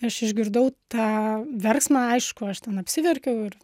aš išgirdau tą verksmą aišku aš ten apsiverkiau ir